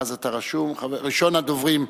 ראשון הדוברים,